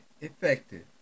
effective